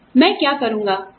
मैं क्या करूँगा